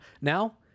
now